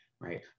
Right